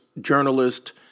journalist